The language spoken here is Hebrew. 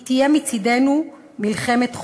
היא תהיה מצדנו מלחמת חורמה.